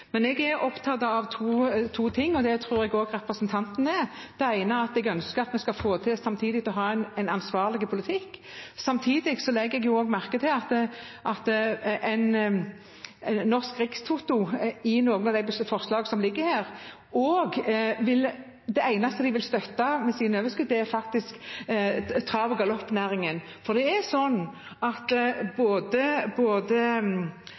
Men jeg er opptatt av to ting, og det tror jeg også representanten er. Det ene er at jeg ønsker at vi skal få til å ha en ansvarlig politikk. Samtidig legger jeg også merke til at i noen av de forslagene som ligger her, er det eneste Norsk Rikstoto vil støtte med sine overskudd, faktisk trav- og galoppnæringen. For det er sånn at